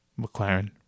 McLaren